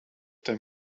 them